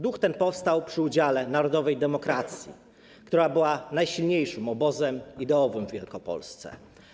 Duch ten powstał przy udziale Narodowej Demokracji, która była najsilniejszym obozem ideowym w Wielkopolsce.